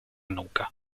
nuca